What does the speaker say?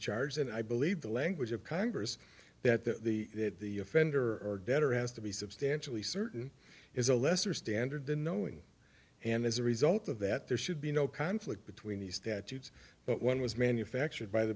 charged and i believe the language of congress that the that the offender or better has to be substantially certain is a lesser standard than knowing and as a result of that there should be no conflict between these statutes but one was manufactured by the